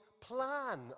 plan